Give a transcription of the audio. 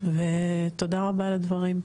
ותודה רבה על הדברים.